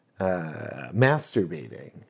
masturbating